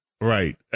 Right